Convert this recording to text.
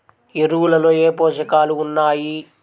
ఎరువులలో ఏ పోషకాలు ఉన్నాయి?